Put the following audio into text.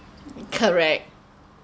correct